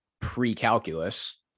pre-calculus